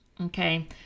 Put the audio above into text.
Okay